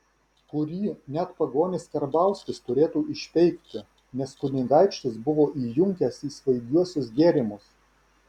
kurį net pagonis karbauskis turėtų išpeikti nes kunigaikštis buvo įjunkęs į svaigiuosius gėrimus